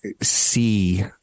see